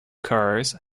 cars